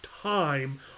time